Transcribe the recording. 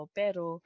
pero